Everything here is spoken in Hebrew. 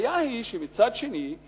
הבעיה היא שמצד שני,